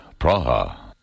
Praha